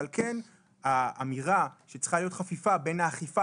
לכן האמירה שצריכה להיות חפיפה בין האכיפה